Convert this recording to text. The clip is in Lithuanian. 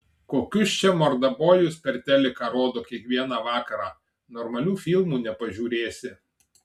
kokius čia mordabojus per teliką rodo kiekvieną vakarą normalių filmų nepažiūrėsi